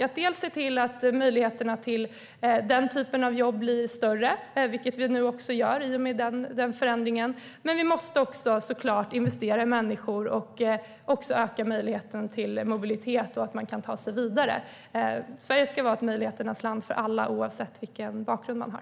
Vi måste se till att möjligheterna till den typen av jobb blir större, vilket vi nu gör i och med den förändringen. Men vi måste såklart också investera i människor och öka möjligheten till mobilitet och att man kan ta sig vidare. Sverige ska vara ett möjligheternas land för alla, oavsett vilken bakgrund man har.